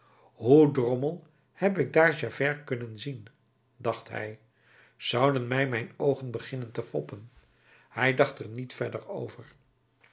hoe drommel heb ik dààr javert kunnen zien dacht hij zouden mij mijn oogen beginnen te foppen hij dacht er niet verder over